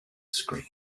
scream